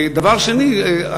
דבר שני: